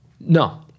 No